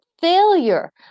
failure